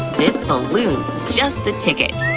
this balloon's just the ticket.